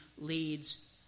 leads